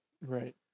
Right